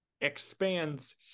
expands